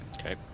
Okay